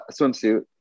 swimsuit